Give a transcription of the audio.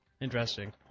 Interesting